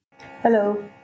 Hello